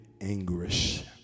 anguish